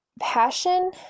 passion